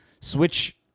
switch